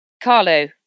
Carlo